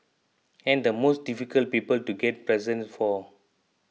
and the most difficult people to get presents for